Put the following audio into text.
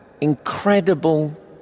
incredible